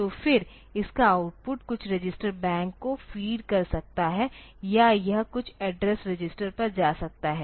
तो फिर इसका आउटपुट कुछ रजिस्टर बैंक को फीड कर सकता है या यह कुछ एड्रेस रजिस्टर पर जा सकता है